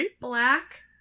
black